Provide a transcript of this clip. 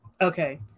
Okay